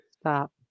stop